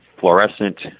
Fluorescent